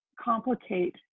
complicate